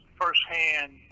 first-hand